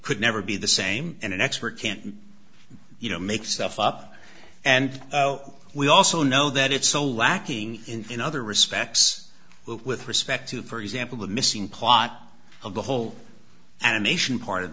could never be the same in an expert can't you know make stuff up and we also know that it's so lacking in other respects with respect to for example the missing plot of the whole animation part of